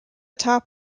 top